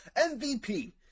MVP